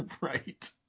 Right